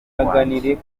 wanjye